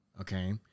Okay